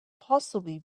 possibly